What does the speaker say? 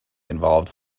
involved